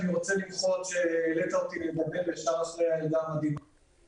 אני רוצה למחות שהעלית אותי לדבר אחרי הילדה המדהימה הזאת,